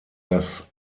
dass